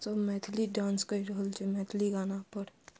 सब मैथिली डान्स कहि रहल छै मैथिली गाना पर